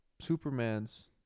Superman's